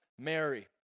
Mary